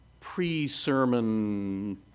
pre-sermon